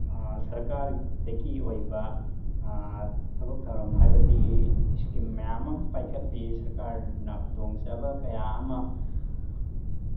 ꯁꯔꯀꯥꯔꯗꯒꯤ ꯑꯣꯏꯕ ꯊꯕꯛ ꯊꯧꯔꯝ ꯍꯥꯏꯕꯗꯤ ꯏꯁꯀꯤꯝ ꯃꯌꯥꯝ ꯑꯃ ꯄꯥꯏꯈꯠꯂꯤ ꯁꯔꯀꯥꯔꯅ ꯈꯨꯗꯣꯡꯆꯥꯕ ꯀꯌꯥ ꯑꯃ